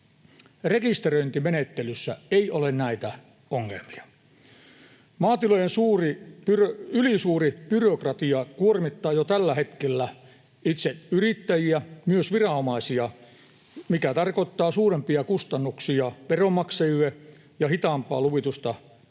Rekisteröintimenettelyssä ei ole näitä ongelmia. Maatilojen ylisuuri byrokratia kuormittaa jo tällä hetkellä itse yrittäjiä mutta myös viranomaisia, mikä tarkoittaa suurempia kustannuksia veronmaksajille ja hitaampaa luvitusta tämän johdosta